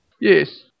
Yes